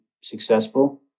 successful